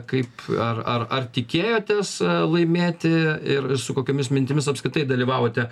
kaip ar ar ar tikėjotės laimėti ir su kokiomis mintimis apskritai dalyvavote